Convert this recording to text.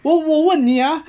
我我问你啊